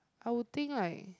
I would think like